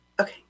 okay